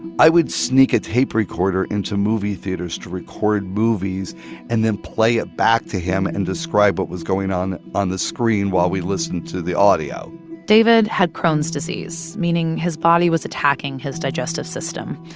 i would sneak a tape recorder into movie theaters to record movies and then play it back to him and describe what was going on on the screen while we listened to the audio david had crohn's disease, meaning his body was attacking his digestive system.